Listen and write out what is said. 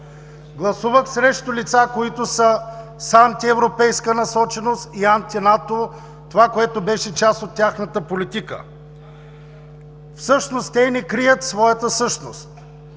Гласувах срещу лица, които са с антиевропейска насоченост и анти-НАТО – това, което беше част от тяхната политика. Те не крият своята същност.